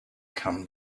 come